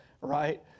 right